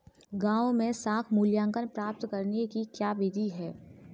गाँवों में साख मूल्यांकन प्राप्त करने की क्या विधि है?